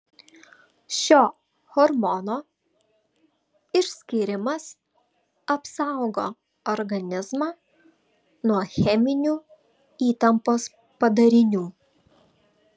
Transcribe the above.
šio hormono išskyrimas apsaugo organizmą nuo cheminių įtampos padarinių